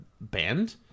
band